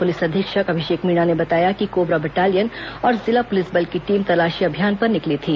police अधीक्षक अभिषेक मीणा ने बताया कि कोबरा बटालियन और जिला पुलिस बल की टीम तलाशी अभियान पर निकली थी